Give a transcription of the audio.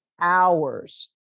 hours